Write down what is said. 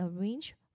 arrange